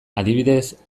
adibidez